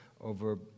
over